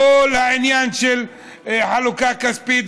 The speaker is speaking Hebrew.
כל העניין של חלוקה כספית,